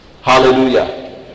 hallelujah